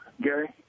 Gary